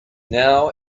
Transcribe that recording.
now